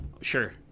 Sure